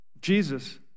Jesus